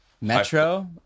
Metro